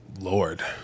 Lord